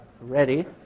Ready